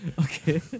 Okay